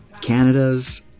Canada's